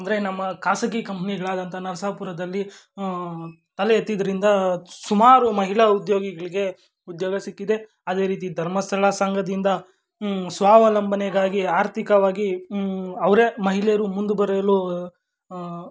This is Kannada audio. ಅಂದರೆ ನಮ್ಮ ಖಾಸಗಿ ಕಂಪ್ನಿಗಳಾದಂಥ ನರಸಾಪುರದಲ್ಲಿ ತಲೆ ಎತ್ತಿದ್ದರಿಂದ ಸುಮಾರು ಮಹಿಳಾ ಉದ್ಯೋಗಿಗಳಿಗೆ ಉದ್ಯೋಗ ಸಿಕ್ಕಿದೆ ಅದೇ ರೀತಿ ಧರ್ಮಸ್ಥಳ ಸಂಘದಿಂದ ಸ್ವಾವಲಂಬನೆಗಾಗಿ ಆರ್ಥಿಕವಾಗಿ ಅವರೇ ಮಹಿಳೆಯರು ಮುಂದೆ ಬರಲು